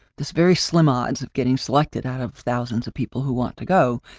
this very slim odds of getting selected out of thousands of people who want to go,